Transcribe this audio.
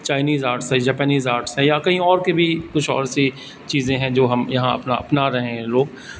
Chinese arts ہے Japanese arts ہے یا کہیں اور کے بھی کچھ اور سی چیزیں ہیں جو ہم یہاں اپنا اپنا رہے ہیں لوگ